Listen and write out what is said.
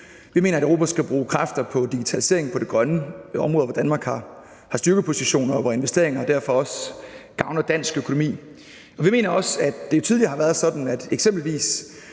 Vi mener, at Europa skal bruge kræfter på digitalisering og på det grønne område, hvor Danmark har styrkepositioner, og hvor investeringer derfor også vil gavne dansk økonomi. Vi mener også, at det tidligere har været sådan, at eksempelvis